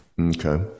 Okay